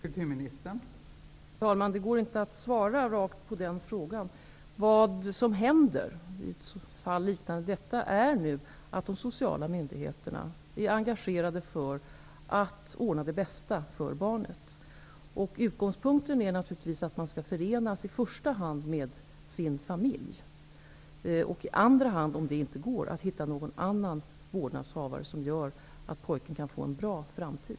Fru talman! Det går inte att ge ett rakt svar på den frågan. Vad som händer i ett fall som detta är att de sociala myndigheterna är engagerade för att ordna det som är bäst för barnet. Utgångspunkten är naturligtvis i första hand att det skall förenas med sin familj, i andra hand -- om det inte går -- att man skall hitta någon annan vårdnadshavare som kan ge barnet en bra framtid.